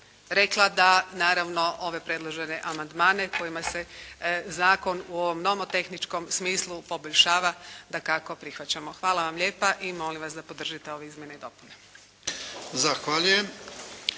rekla da naravno ove predložene amandmane kojima se zakon u ovom nomotehničkom smislu poboljšava, dakako prihvaćamo. Hvala vam lijepa i molim vas da podržite ove izmjene i dopune. **Jarnjak,